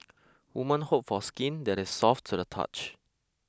woman hope for skin that is soft to the touch